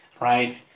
right